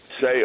say